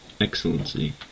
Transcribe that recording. Excellency